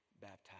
baptized